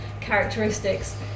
characteristics